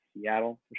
Seattle